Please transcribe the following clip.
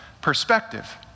perspective